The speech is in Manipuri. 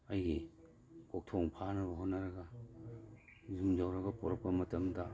ꯑꯩꯒꯤ ꯀꯣꯛꯊꯣꯡ ꯐꯥꯅꯕ ꯍꯣꯠꯅꯔꯒ ꯌꯨꯝ ꯌꯧꯔꯒ ꯄꯨꯔꯛꯄ ꯃꯇꯝꯗ